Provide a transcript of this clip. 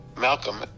Malcolm